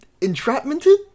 Entrapmented